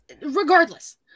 Regardless